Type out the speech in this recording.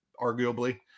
arguably